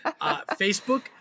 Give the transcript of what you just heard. Facebook